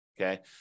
okay